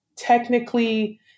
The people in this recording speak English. technically